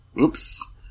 Oops